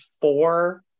four